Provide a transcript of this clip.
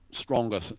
stronger